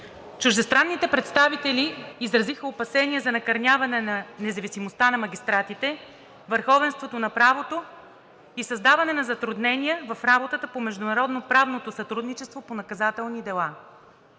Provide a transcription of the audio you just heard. Чуждестранните представители изразиха опасения за накърняване на независимостта на магистратите, върховенството на правото и създаване на затруднения в работата по международноправно сътрудничество по наказателни дела.